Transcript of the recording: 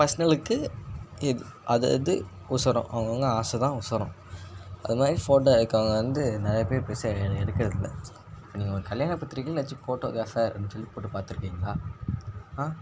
பர்ஸ்னலுக்கு எ அது அது உசரம் அவங்கவுங்க ஆசைதான் உசரம் அதுமாதிரி ஃபோட்டோ எடுக்கிறங்க வந்து நிறையா பேர் பெருசாக எ எடுக்கிறது இல்லை நீங்கள் ஒரு கல்யாண பத்திரிக்கையில ஏதாச்சும் ஃபோட்டோக்ராஃபர் அப்படினு சொல்லி போட்டு பார்த்துருக்கீங்ளா ஆ